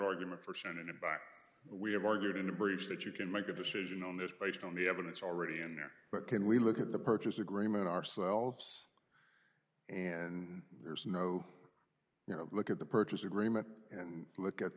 argument for send it back we have argued in the briefs that you can make a decision on this based on the evidence already in there but can we look at the purchase agreement ourselves and there is no you know look at the purchase agreement and look at